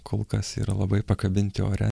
kol kas yra labai pakabinti ore